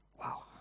Wow